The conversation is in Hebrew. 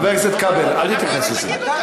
חבר הכנסת כבל, אל תתייחס לזה.